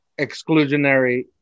exclusionary